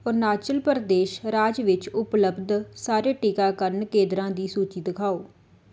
ਅਰੁਣਾਚਲ ਪ੍ਰਦੇਸ਼ ਰਾਜ ਵਿੱਚ ਉਪਲਬਧ ਸਾਰੇ ਟੀਕਾਕਰਨ ਕੇਂਦਰਾਂ ਦੀ ਸੂਚੀ ਦਿਖਾਓ